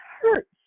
hurts